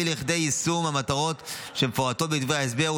לכדי יישום המטרות שמפורטות בדברי ההסבר,